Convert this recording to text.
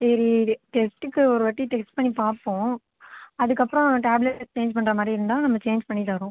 சரி டெஸ்ட்டுக்கு ஒரு வாட்டி டெஸ்ட் பண்ணி பார்ப்போம் அதுக்கப்புறம் டேப்லெட் சேஞ்ச் பண்ணுற மாதிரி இருந்தால் நம்ம சேஞ்ச் பண்ணி தரோம்